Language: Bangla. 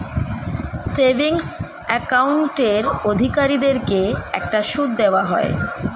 সেভিংস অ্যাকাউন্টের অধিকারীদেরকে একটা সুদ দেওয়া হয়